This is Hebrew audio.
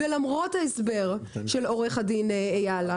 ולמרות ההסבר של עורך הדין אייל,